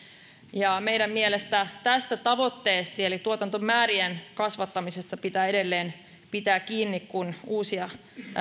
ja meidän mielestämme tästä tavoitteesta eli tuotantomäärien kasvattamisesta pitää edelleen pitää kiinni kun uusia